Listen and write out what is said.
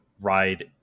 ride